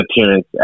appearance